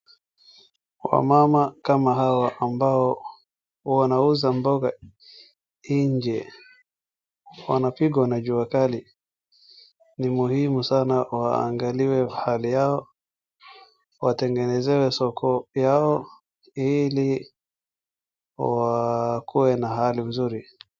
Wamama kama hawa ambao wanauza mboga inje, wanapigwa na jua kali, ni muhimu sana waangaliwe hali yao, watengenezewe soko yao, ili wakue na mahali nzuri.